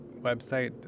website